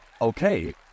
Okay